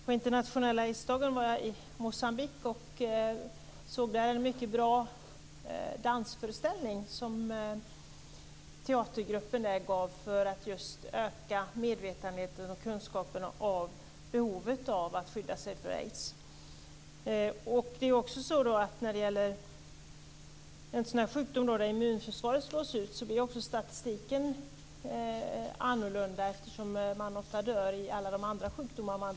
På internationella aidsdagen var jag i Mo?ambique och såg där en teatergrupp göra en mycket bra dansföreställning för att öka medvetandet och kunskapen om behovet av att skydda sig för aids. När det gäller en sådan här sjukdom, där immunförsvaret slås ut, blir statistiken annorlunda, eftersom aidssjuka ofta dör av andra sjukdomar.